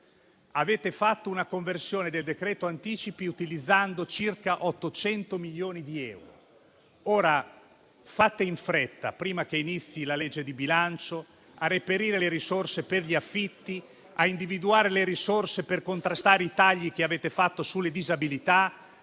Avete fatto una conversione del decreto anticipi utilizzando circa 800 milioni di euro. Ora fate in fretta, prima che inizi la discussione del disegno di legge di bilancio, a reperire le risorse per gli affitti e a individuare le risorse per contrastare i tagli che avete fatto sulle disabilità,